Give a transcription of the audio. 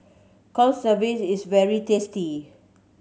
is very tasty